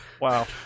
Wow